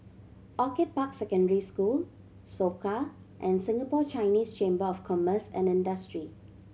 Orchid Park Secondary School Soka and Singapore Chinese Chamber of Commerce and Industry